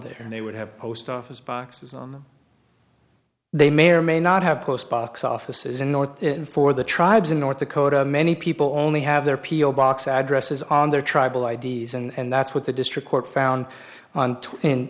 there and they would have post office boxes on the they may or may not have post box offices in north for the tribes in north dakota many people only have their p o box addresses on their tribal i d s and that's what the district court found in